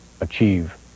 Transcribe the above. achieve